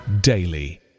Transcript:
daily